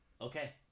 Okay